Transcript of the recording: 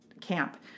camp